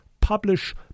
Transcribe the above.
publish